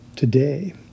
Today